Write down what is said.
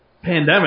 pandemic